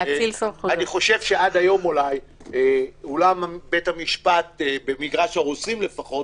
אני חושב שעד היום אולם בית המשפט במגרש הרוסים לפחות,